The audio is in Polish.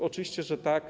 Oczywiście, że tak.